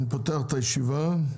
אני פותח את הישיבה.